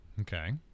Okay